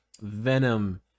Venom